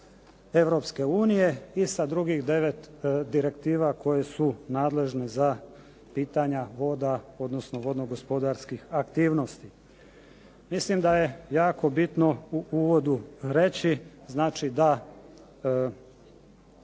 Europske unije i sa drugih devet direktiva koje su nadležne za pitanja voda, odnosno vodno-gospodarskih aktivnosti. Mislim da je jako bitno u uvodu reći, znači da